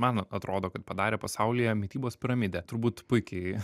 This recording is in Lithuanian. man atrodo kad padarė pasaulyje mitybos piramidė turbūt puikiai